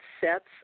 sets